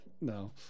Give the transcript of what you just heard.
No